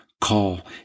call